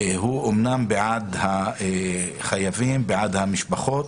הוא אומנם בעד החייבים, בעד המשפחות,